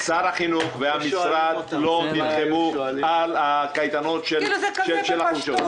שר החינוך והמשרד לא נלחמו על הקייטנות של החופשות,